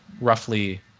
roughly